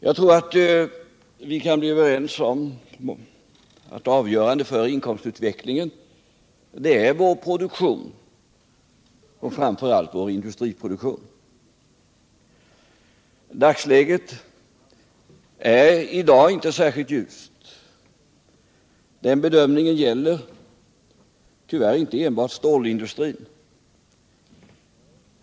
Jag tror att vi kan bli överens om att avgörande för inkomstutvecklingen är vår produktion, framför allt vår industriproduktion. Dagsläget är inte särskilt ljust. Den bedömningen gäller tyvärr inte enbart stålindustrin.